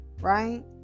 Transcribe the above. right